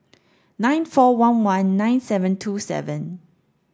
nine four one one nine seven two seven